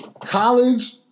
college